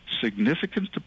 significant